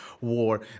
war